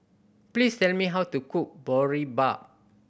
please tell me how to cook Boribap